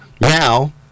Now